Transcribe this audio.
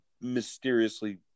mysteriously